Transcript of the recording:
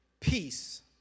Peace